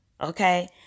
Okay